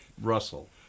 Russell